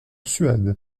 suède